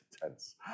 tense